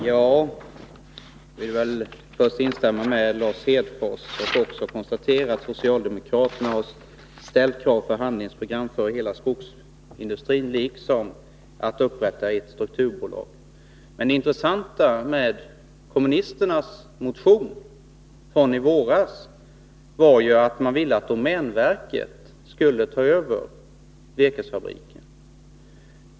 Herr talman! Jag vill först instämma med Lars Hedfors och också konstatera att socialdemokraterna har ställt krav på handlingsprogram för hela skogsindustrin liksom på att ett strukturbolag skall upprättas. Det intressanta med kommunisternas motion från i våras var ju att de ville att domänverket skulle ta över virkesfabriken.